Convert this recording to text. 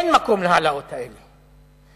אין מקום להעלאות האלה,